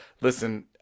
listen